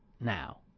now